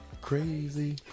Crazy